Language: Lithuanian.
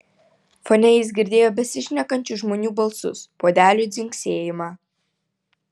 fone jis girdėjo besišnekančių žmonių balsus puodelių dzingsėjimą